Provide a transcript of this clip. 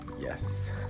Yes